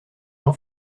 jean